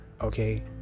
okay